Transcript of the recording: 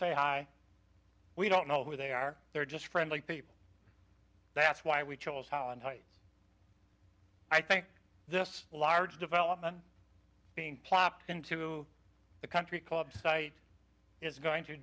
say hi we don't know who they are they're just friendly people that's why we chose how and why i think this large development being plopped into the country club site is going to